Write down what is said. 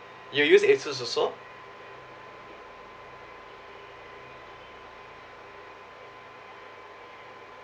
you use asus also